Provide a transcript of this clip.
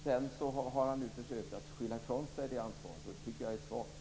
Sedan har han försökt skylla ifrån sig det ansvaret. Det tycker jag är svagt.